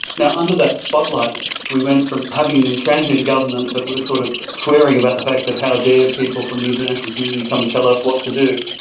under that spotlight we went from having an intransigent government that was sort of swearing about the fact that how dare people from the international community come and tell us what to do,